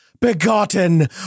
begotten